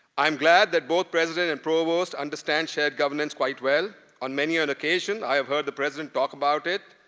i am glad that both president and provost understand shared governance quite well. on many other occasions, i have heard the president talk about it.